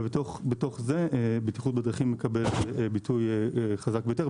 ובתוך זה בטיחות בדרכים מקבל ביטוי חזק ביותר,